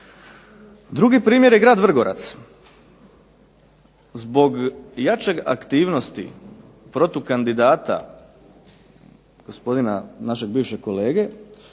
Drugi primjer je grad Vrgorac. Zbog jačeg aktivnosti protukandidata gospodina našeg bivšeg kolege